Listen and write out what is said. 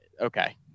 Okay